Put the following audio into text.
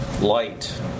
Light